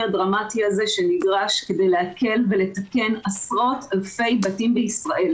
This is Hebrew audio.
הדרמטי שנדרש כדי להקל ולתקן עשרות אלפי בתים בישראל.